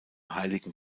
heiligen